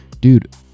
dude